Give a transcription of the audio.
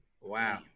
Wow